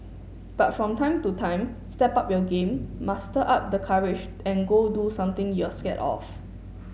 but from time to time step up your game muster up the courage and go do something you're scared of